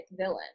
villain